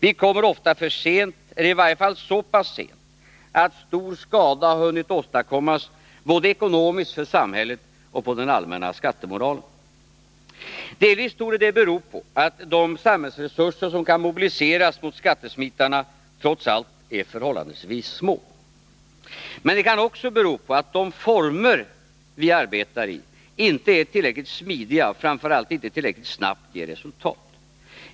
Vi kommer ofta för sent eller i varje fall så pass sent att stor skada har hunnit åstadkommas både ekonomiskt för samhället och på den allmänna skattemoralen. Delvis torde det bero på att de samhällsresurser som kan mobiliseras mot skattesmitarna trots allt är förhållandevis små. Men det kan också bero på att de former vi arbetar i inte är tillräckligt smidiga och framför allt inte tillräckligt snabbt ger resultat.